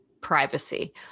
privacy